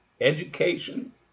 education